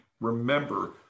remember